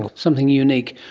and something unique.